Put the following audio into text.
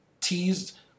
teased